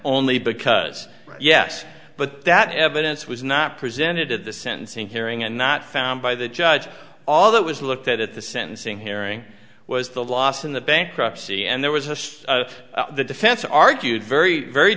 only because yes but that evidence was not presented at the sentencing hearing and not found by the judge all that was looked at at the sentencing hearing was the loss in the bankruptcy and there was a the defense argued very very